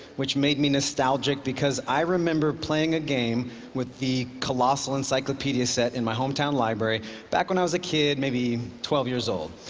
which made me nostalgic, because i remember playing a game with the colossal encyclopedia set in my hometown library back when i was a kid, maybe twelve years old.